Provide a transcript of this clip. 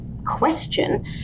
question